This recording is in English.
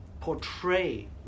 portray